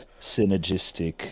synergistic